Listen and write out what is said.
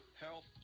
health